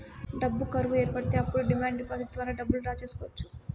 డబ్బు కరువు ఏర్పడితే అప్పుడు డిమాండ్ డిపాజిట్ ద్వారా డబ్బులు డ్రా చేసుకోవచ్చు